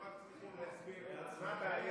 אנחנו רק צריכים להסביר מה הבעיה.